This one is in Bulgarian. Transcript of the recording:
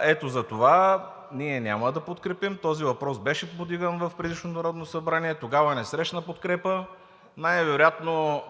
Ето затова ние няма да го подкрепим. Този въпрос беше повдиган в предишното Народно събрание. Тогава не срещна подкрепа. Най вероятно